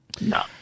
no